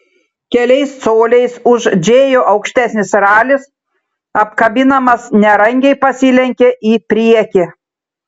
keliais coliais už džėjų aukštesnis ralis apkabinamas nerangiai pasilenkė į priekį